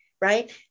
right